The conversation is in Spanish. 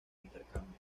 intercambios